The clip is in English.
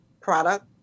product